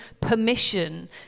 permission